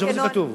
איפה זה כתוב?